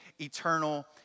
eternal